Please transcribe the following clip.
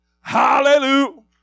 Hallelujah